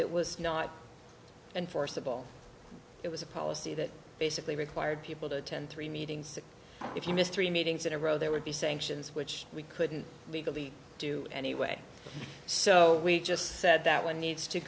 it was not enforceable it was a policy that basically required people to attend three meetings that if you missed three meetings in a row there would be sanctions which we couldn't legally do anyway so we just said that one needs to